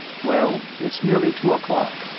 well, it's nearly two o'clock.